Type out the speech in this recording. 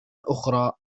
أخرى